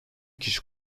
kişi